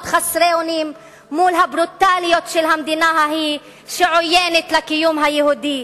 חסרות אונים מול הברוטליות של המדינה ההיא שעוינת את הקיום היהודי.